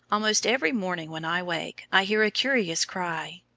a lmost every morning, when i wake, i hear a curious cry,